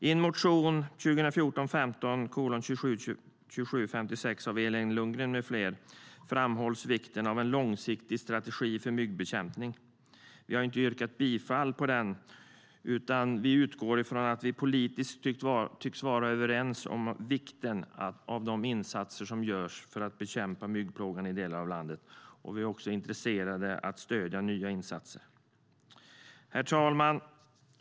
I motion 2014 p>Herr talman!